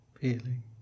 feeling